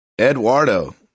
Eduardo